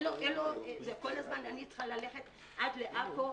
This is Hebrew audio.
כל הזמן אני צריכה לנסוע לעכו,